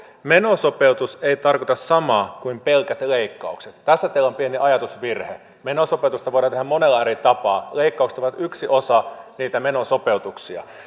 menosopeutus ei tarkoita samaa kuin pelkät leikkaukset tässä teillä on pieni ajatusvirhe menosopeutusta voidaan tehdä monella eri tapaa leikkaukset ovat yksi osa niitä menosopeutuksia